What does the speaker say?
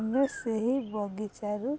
ଆମେ ସେହି ବଗିଚାରୁ